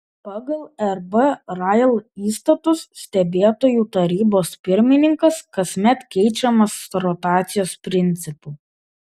pagal rb rail įstatus stebėtojų tarybos pirmininkas kasmet keičiamas rotacijos principu